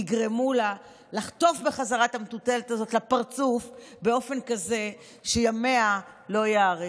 יגרם לה לחטוף בחזרה את המטוטלת הזאת לפרצוף באופן כזה שימיה לא יאריכו.